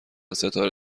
ستاره